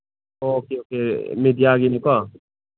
okay okay ꯃꯦꯗꯤꯌꯥꯒꯤꯅꯤꯀꯣ